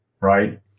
right